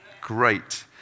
Great